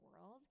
world